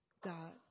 God